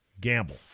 gamble